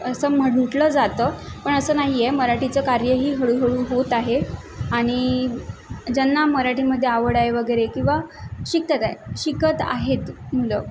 असं म्हटलं जातं पण असं नाही आहे मराठीचं कार्यही हळूहळू होत आहे आणि ज्यांना मराठीमध्ये आवड आहे वगैरे किंवा शिकत आहे शिकत आहेत मुलं